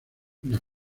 las